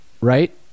right